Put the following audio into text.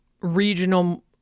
regional